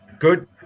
Good